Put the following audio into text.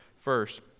first